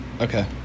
Okay